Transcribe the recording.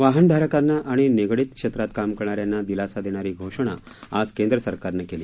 वाहन धारकांना आणि निगडीत क्षेत्रात काम करणाऱ्यांना दिलासा देणारी घोषणा आज केंद्र सरकारने केली